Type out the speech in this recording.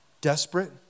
desperate